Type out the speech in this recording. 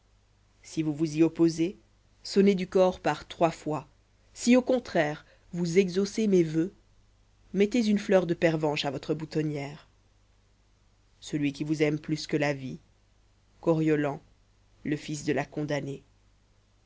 si vous vous y opposez sonnez du cor par trois fois si au contraire vous exaucez mes voeux mettez une fleur de pervenche à votre boutonnière celui qui vous aime plus que la vie coriolan le fils de la condamnée